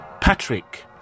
Patrick